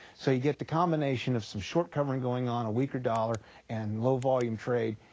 so you get the combination of some shortcovering going on, a weaker dollar and low volume trade,